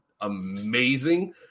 amazing